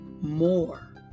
more